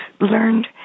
learned